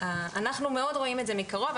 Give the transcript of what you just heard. אנחנו מאוד רואים את זה מקרוב,